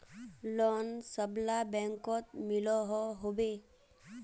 Loan सबला बैंकोत मिलोहो होबे?